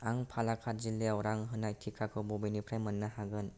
आं पालाकाड जिल्लायाव रां होनाय टिकाखौ बबेनिफ्राय मोन्नो हागोन